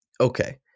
Okay